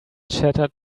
chattered